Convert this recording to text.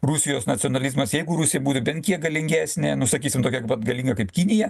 rusijos nacionalizmas jeigu rusija būtų bent kiek galingesnė nu sakysim tokia vat galinga kaip kinija